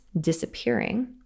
disappearing